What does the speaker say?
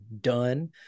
done